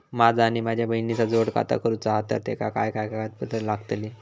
माझा आणि माझ्या बहिणीचा जोड खाता करूचा हा तर तेका काय काय कागदपत्र लागतली?